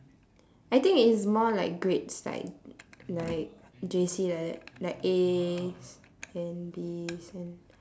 I think it's more like grades like like J_C like that like As then Bs and